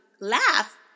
laugh